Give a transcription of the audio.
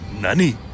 nani